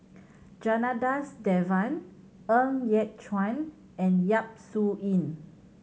Janadas Devan Ng Yat Chuan and Yap Su Yin